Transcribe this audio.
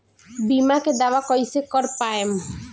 बीमा के दावा कईसे कर पाएम?